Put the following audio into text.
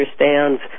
understands